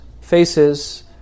faces